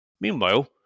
Meanwhile